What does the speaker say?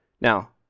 Now